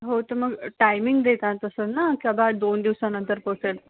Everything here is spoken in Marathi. हो तर मग टायमिंग देता असंल ना की बाबा दोन दिवसानंतर पोहोचेल